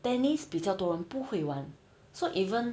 tennis 比较多人不会玩 so even